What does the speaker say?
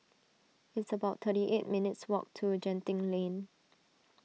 it's about thirty eight minutes' walk to Genting Lane